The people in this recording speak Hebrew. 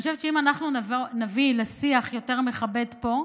אני חושבת שאם אנחנו נביא לשיח יותר מכבד פה,